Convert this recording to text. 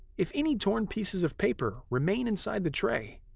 if any torn pieces of paper remain inside the tray,